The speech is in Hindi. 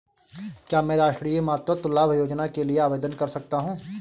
क्या मैं राष्ट्रीय मातृत्व लाभ योजना के लिए आवेदन कर सकता हूँ?